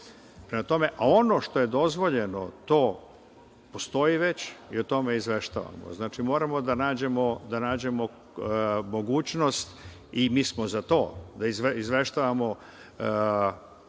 što je dozvoljeno, to postoji već i o tome izveštavamo. Znači, moramo da nađemo mogućnost i mi smo za to da izveštavamo